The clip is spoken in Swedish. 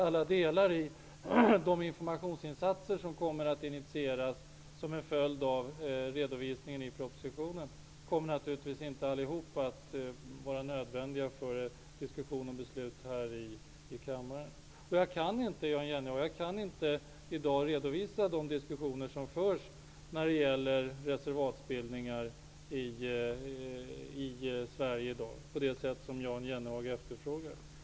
Alla delar av de informationsinsatser som initieras till följd av redovisningen av propositionen kommer inte att vara nödvändiga för diskussion och beslut här i kammaren. Jan Jennehag, jag kan i dag inte redovisa de diskussioner som förs när det gäller reservatsbildningar i Sverige på det sätt som Jan Jennehag efterfrågar.